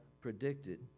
predicted